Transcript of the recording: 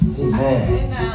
Amen